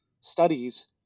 studies